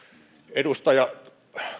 edustaja